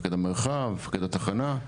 מפקד המרחב או מפקד התחנה.